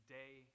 day